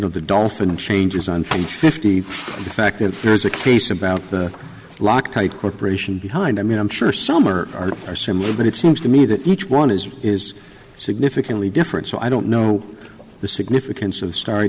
know the dolphin changes on i'm fifty and the fact that there's a case about the loctite corporation behind i mean i'm sure some are or are similar but it seems to me that each one is is significantly different so i don't know the significance of star